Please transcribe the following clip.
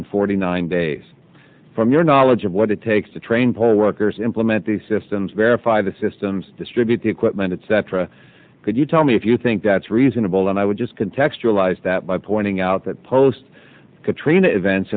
in forty nine days from your knowledge of what it takes to train poll workers implement the systems verify the systems distribute the equipment etc could you tell me if you think that's reasonable and i would just can text realized that by pointing out that post katrina events